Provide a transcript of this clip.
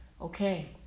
okay